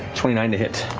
twenty nine to hit.